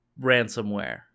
ransomware